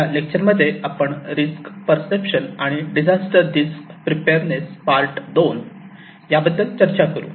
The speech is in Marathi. या लेक्चरमध्ये आपण risk perception and disaster risk preparedness part 2 या बद्दल चर्चा करू